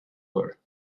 were